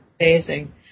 Amazing